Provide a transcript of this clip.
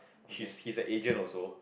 she he's a agent also